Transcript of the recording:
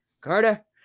Carter